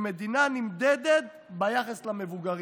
שמדינה נמדדת ביחס שלה למבוגרים.